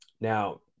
Now